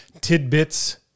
tidbits